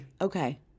Okay